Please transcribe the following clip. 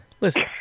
listen